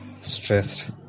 stressed